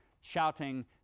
shouting